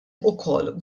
ukoll